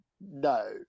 No